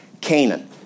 Canaan